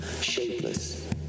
shapeless